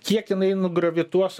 kiek jinai nugravituos